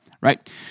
right